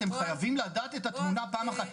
אתם חייבים לדעת את התמונה פעם אחת.